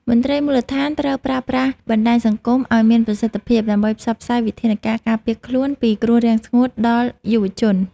មន្ត្រីមូលដ្ឋានត្រូវប្រើប្រាស់បណ្តាញសង្គមឱ្យមានប្រសិទ្ធភាពដើម្បីផ្សព្វផ្សាយវិធានការការពារខ្លួនពីគ្រោះរាំងស្ងួតដល់យុវជន។